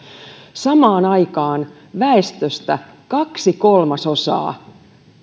samaan aikaan väestöstä kaksi kolmasosaa